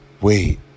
Wait